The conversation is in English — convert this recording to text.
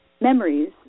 memories